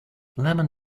lemon